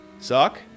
suck